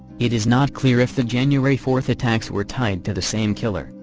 it is not clear if the january fourth attacks were tied to the same killer,